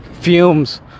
fumes